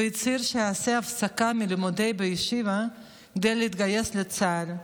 והצהיר שיעשה הפסקה מהלימודים בישיבה כדי להתגייס לצה"ל,